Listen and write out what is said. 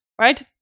right